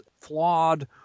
flawed